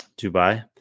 Dubai